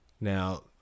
Now